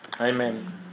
Amen